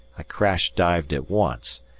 i crash-dived at once,